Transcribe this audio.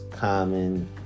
Common